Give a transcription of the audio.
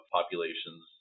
populations